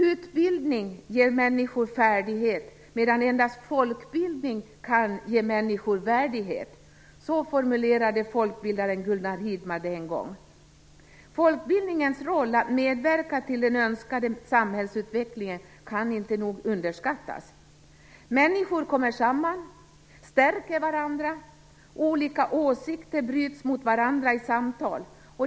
Utbildning ger människor färdighet, medan endast folkbildning kan ge människor värdighet. Så formulerade folkbildaren Gunnar Hirdman det en gång. Folkbildningens roll i att medverka till den önskade samhällsutvecklingen kan inte överskattas. Människor kommer samman och stärker varandra, och olika åsikter bryts mot varandra i samtal.